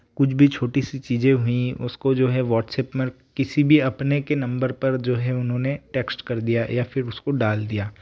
कुछ भी छोटी सी चीज़ें हुईं उसको जो है वाट्सऐप में किसी भी अपने के नम्बर पर जो है उन्होंने टेक्स्ट कर दिया या फिर उसको डाल दिया